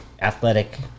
athletic